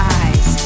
eyes